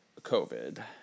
COVID